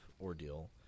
ordeal